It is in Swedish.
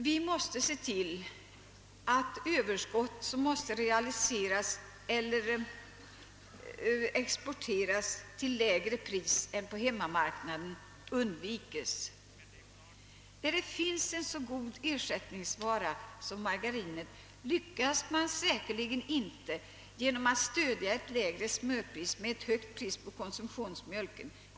Där det finns en så god ersättningsvara som margarin lyckas man säkerligen inte åstadkomma avsedd effekt genom att stödja ett lägre smörpris med ett högt pris på konsumtionsmjölken.